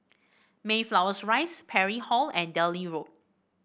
Mayflower Rise Parry Hall and Delhi Road